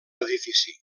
l’edifici